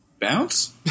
bounce